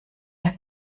der